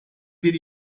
bir